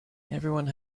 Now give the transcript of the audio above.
everyone